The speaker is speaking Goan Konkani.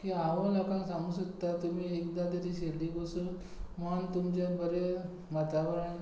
की हांव लोकांक सांगूंक सोदतां की तुमी एकदां तरी शिरडीक वचून मन तुमचें बरें वातावरण